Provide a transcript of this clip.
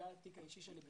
בגלל התיק האישי שלי,